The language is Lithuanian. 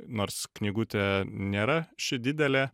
nors knygutė nėra ši didelė